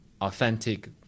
Authentic